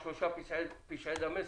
על שלושה פשעי דמשק,